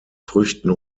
früchten